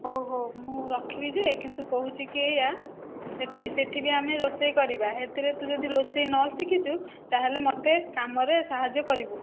ହଉ ହଉ ମୁଁ ରଖିବି ଯେ କିନ୍ତୁ କହୁଛି କି ଏଇଆ ସେଇଠି ସେଇଠି ବି ଆମେ ରୋଷେଇ କରିବା ସେଇଥିରେ ତୁ ଯଦି ରୋଷେଇ ନ ଶିଖିଛୁ ତା'ହେଲେ ମୋତେ କାମରେ ସାହାଯ୍ୟ କରିବୁ